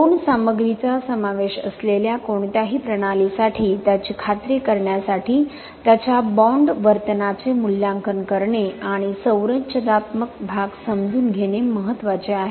दोन सामग्रीचा समावेश असलेल्या कोणत्याही प्रणालीसाठी त्याची खात्री करण्यासाठी त्याच्या बॉण्ड वर्तनाचे मूल्यांकन करणे आणि संरचनात्मक भाग समजून घेणे महत्वाचे आहे